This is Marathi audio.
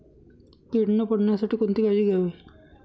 कीड न पडण्यासाठी कोणती काळजी घ्यावी?